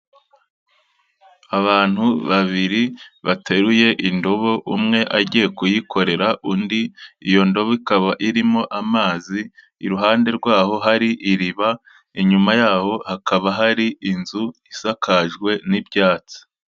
Abantu babiri bateruye indobo umwe agiye kuyikorera undi, iyo ndobo ikaba irimo amazi, iruhande rwaho hari iriba, inyuma yaho hakaba hari inzu isakajwe n'ibyatsi.